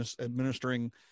administering